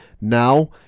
Now